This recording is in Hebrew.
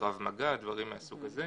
קרב מגע, דברים מהסוג הזה,